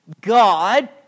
God